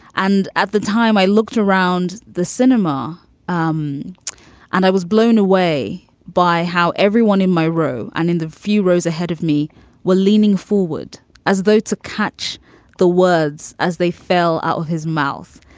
and at the time, i looked around the cinema um and i was blown away by how everyone in my row and in the few rows ahead of me were leaning forward as though to catch the words as they fell out of his mouth.